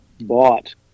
bought